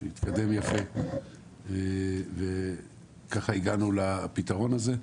התקדם יפה וככה הגענו לפתרון הזה.